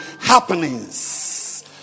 happenings